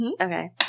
Okay